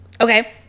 Okay